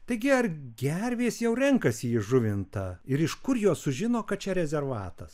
taigi ar gervės jau renkasi į žuvintą ir iš kur jos sužino kad čia rezervatas